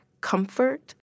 comfort